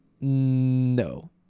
no